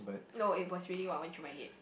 no it was really what I watch in my head